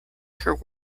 her